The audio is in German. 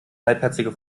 halbherziger